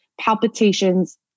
palpitations